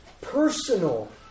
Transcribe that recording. personal